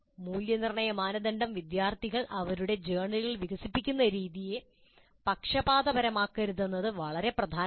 മൂല്യനിർണ്ണയ മാനദണ്ഡം വിദ്യാർത്ഥികൾ അവരുടെ ജേർണലുകൾ വികസിപ്പിക്കുന്ന രീതിയെ പക്ഷപാതപരമാക്കരുതെന്നത് വളരെ പ്രധാനമാണ്